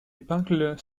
épingle